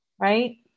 Right